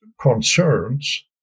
concerns